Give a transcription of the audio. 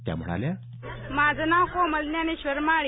त्या म्हणाल्या माझं नाव कोमल ज्ञानेश्वर माळी